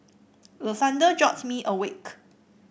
the thunder jolt me awake